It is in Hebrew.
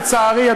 לצערי,